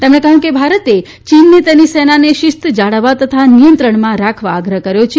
તેમણે કહયું કે ભારતે ચીનને તેની સેનાને શિસ્ત જાળવવા તથા નિયંત્રણમાં રાખવા આગ્રહ કર્યો છે